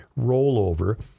rollover